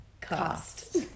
Cost